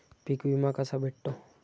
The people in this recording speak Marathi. पीक विमा कसा भेटतो?